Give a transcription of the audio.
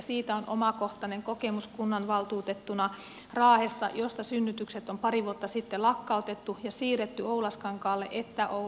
siitä on omakohtainen kokemus kunnanvaltuutettuna raahesta mistä synnytykset on pari vuotta sitten lakkautettu ja siirretty sekä oulaskankaalle että ouluun